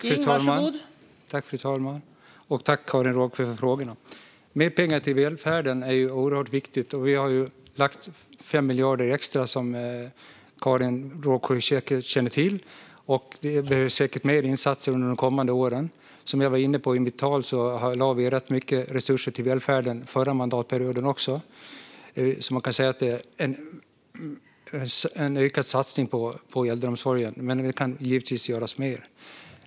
Fru talman! Mer pengar till välfärden är oerhört viktigt. Vi har lagt 5 miljarder extra, som Karin Rågsjö säkert känner till, men det behövs säkert fler insatser under de kommande åren. Som jag var inne på i mitt anförande lade vi rätt mycket resurser på välfärden även förra mandatperioden. Man kan alltså säga att vi gör en ökad satsning på äldreomsorgen, men vi kan givetvis göra mer.